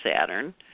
Saturn